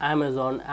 Amazon